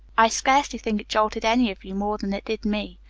i scarcely think it jolted any of you more than it did me,